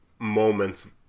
moments